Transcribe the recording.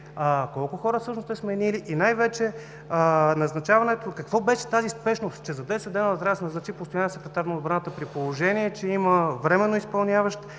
колко хора сте сменили, и най-вече каква беше тази спешност, че за 10 дни трябва да се назначи постоянен секретар на отбраната, при положение че има временно изпълняващ?